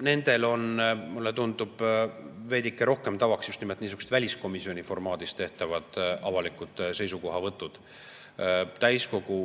Nendel on, mulle tundub, veidike rohkem tavaks just nimelt niisugused väliskomisjoni formaadis tehtavad avalikud seisukohavõtud. Täiskogu